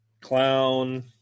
clown